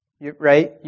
right